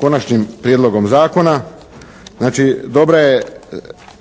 Konačnim prijedlogom Zakona. Znači dobra je